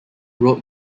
road